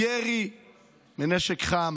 ירי בנשק חם,